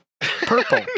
Purple